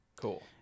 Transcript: Cool